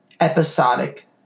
episodic